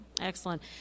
Excellent